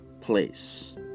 place